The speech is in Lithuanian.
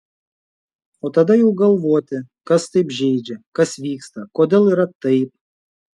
o tada jau galvoti kas taip žeidžia kas vyksta kodėl yra taip